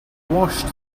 washed